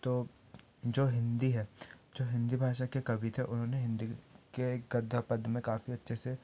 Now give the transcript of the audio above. तो जो हिन्दी है जो हिन्दी भाषा के कवि थे उन्होंने हिन्दी के गद्य पध में काफी अच्छे से